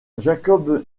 jacob